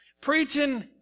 Preaching